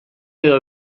edo